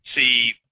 see